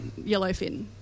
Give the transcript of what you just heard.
yellowfin